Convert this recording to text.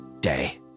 day